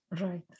Right